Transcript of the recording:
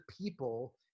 people